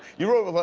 you wrote like,